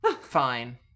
Fine